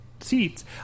seats